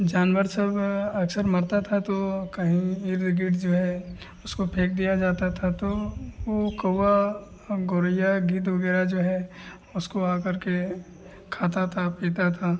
जानवर सब अक्सर मरता था तो कहीं इर्दगिर्द जो है उसको फेंक दिया जाता था तो वह कौवा और गौरैया गिद्ध वग़ैरह जो है उसको आकर के खाता था पीता था